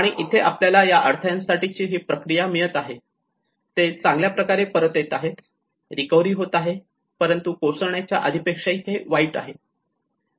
आणि इथे आपल्याला या अडथळ्यांसाठी ही प्रतिक्रिया मिळत आहे ते चांगल्या प्रकारे परत येत आहे रिकव्हरी होत आहे परंतु कोसळण्याच्या आधी पेक्षाही हे वाईट आहे